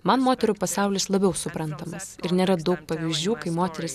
man moterų pasaulis labiau suprantamas ir nėra daug pavyzdžių kai moteris